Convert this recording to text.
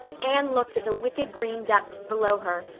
anne looked at the wicked green depths below her,